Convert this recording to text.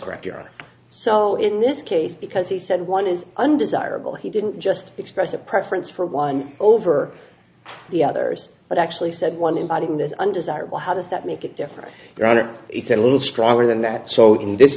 correct so in this case because he said one is undesirable he didn't just express a preference for one over the others but actually said one embodying this undesirable how does that make it different granted it's a little stronger than that so in this